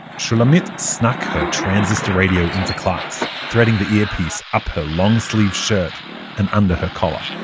shulamit snuck her transistor radio into class, threading the earpiece up her long-sleeved shirt and under her collar